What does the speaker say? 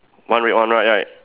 one red one white right